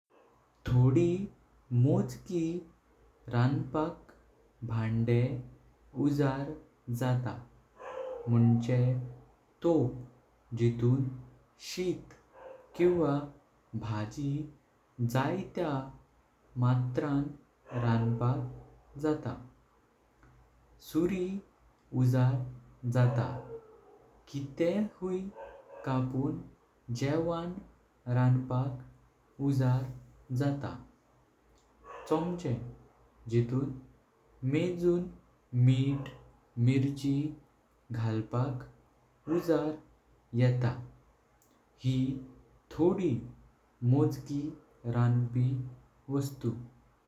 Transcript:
थोडी मोजकी रांपाक भांडे उजळ जाता मुन्के टॉप जितुन शीत किवां भाजी जायत्या मात्रण रांपाक जाता। शुरी उजळ जाता कितेह हुई कापून जेवण रांपाक उजळ जाता। चोमचे जितुन मेजून मित मिर्ची घालपाक उजाळ येता ही थोडी मोजकी रांपी वस्तु।